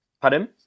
Pardon